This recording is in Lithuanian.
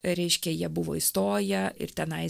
reiškia jie buvo įstoję ir tenai